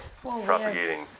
propagating